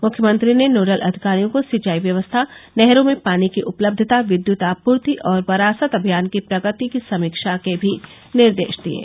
मुख्यमंत्री ने नोडल अधिकारियों को सिंचाई व्यवस्था नहरों में पानी की उपलब्धता विद्युत आपूर्ति और वरासत अभियान की प्रगति की समीक्षा के भी निर्देश दिये